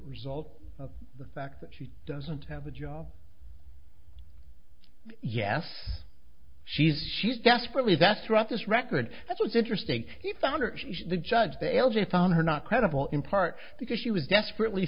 result of the fact that she doesn't have a job yes she's she's desperately that throughout this record that was interesting he found her judge the judge the l g a found her not credible in part because she was desperately